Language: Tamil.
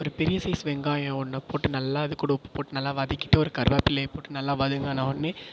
ஒரு பெரிய சைஸ் வெங்காயம் ஒன்றைப் போட்டு நல்லா அதுகூட உப்பு போட்டு நல்லா வதக்கிவிட்டு ஒரு கருவேப்பில்லையை போட்டு நல்லா வதங்கினவோனே